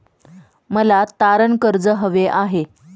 मला तारण कर्ज हवे आहे